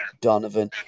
Donovan